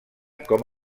com